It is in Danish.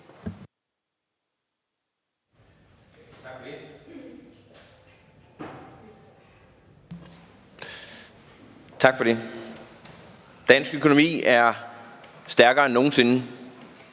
Tak for det. Dansk økonomi er stærkere end nogen sinde.